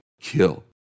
kill